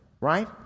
right